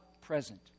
present